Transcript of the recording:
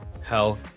Hell